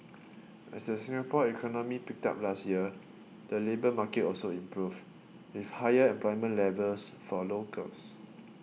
as the Singapore economy picked up last year the labour market also improved with higher employment levels for locals